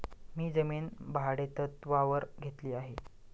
मी जमीन भाडेतत्त्वावर घेतली आहे